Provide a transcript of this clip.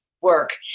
work